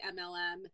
MLM